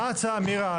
מה ההצעה, מירה?